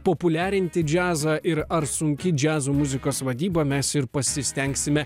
populiarinti džiazą ir ar sunki džiazo muzikos vadyba mes ir pasistengsime